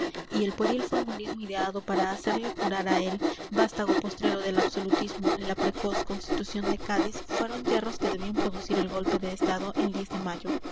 y el pueril formulismo ideado para hacerle jurar a él vástago postrero del absolutismo la precoz constitución de cádiz fueron yerros que debían producir el golpe de estado del de mayo